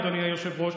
אדוני היושב-ראש,